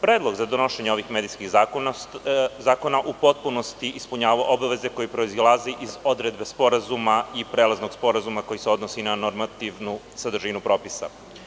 Predlog za donošenje ovih medijskih zakona u potpunosti ispunjava obaveze koje proizilaze iz odredbe sporazuma i prelaznog sporazuma koji se odnosi na normativnu sadržinu propisa.